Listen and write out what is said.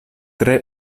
tre